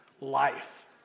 life